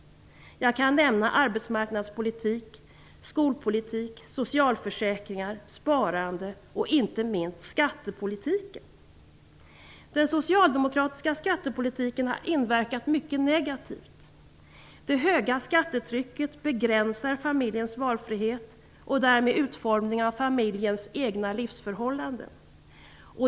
Jag kan nämna arbetsmarknadspolitik, skolpolitik, socialförsäkringar, sparande och inte minst skattepolitik. Den socialdemokratiska skattepolitiken har inverkat mycket negativt. Det höga skattetrycket begränsar familjens valfrihet och därmed utformningen av familjens egna livsförhållanden.